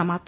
समाप्त